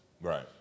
Right